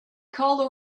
called